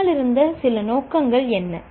பின்னால் இருந்த சில நோக்கங்கள் என்ன